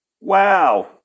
Wow